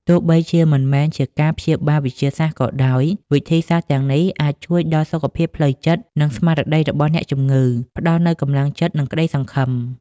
ទោះបីជាមិនមែនជាការព្យាបាលវិទ្យាសាស្ត្រក៏ដោយ វិធីសាស្រ្តទាំងនេះអាចជួយដល់សុខភាពផ្លូវចិត្ត និងស្មារតីរបស់អ្នកជំងឺ ផ្ដល់នូវកម្លាំងចិត្ត និងក្តីសង្ឃឹម។